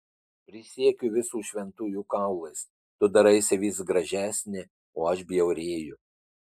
prisiekiu visų šventųjų kaulais tu daraisi vis gražesnė o aš bjaurėju